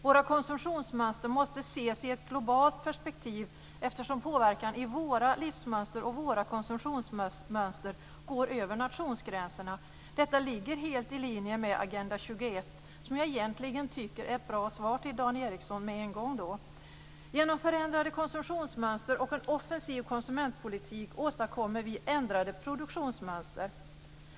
Våra konsumtionsmönster måste ses i ett globalt perspektiv eftersom påverkan i våra livs och konsumtionsmönster går över nationsgränserna. Detta ligger helt i linje med Agenda 21. Det tycker jag egentligen är ett bra svar till Dan Ericsson med en gång. Genom förändrade konsumtionsmönster och en offensiv konsumentpolitik åstadkommer vi ändrade produktionsmönster.